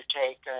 take